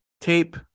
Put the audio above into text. tape